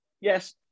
Yes